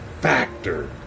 Factor